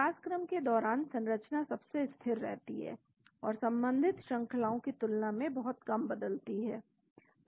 विकासक्रम के दौरान संरचना सबसे स्थिर रहती है और संबंधित श्रंखलाओ की तुलना में बहुत कम बदलती है